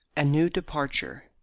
a new departure.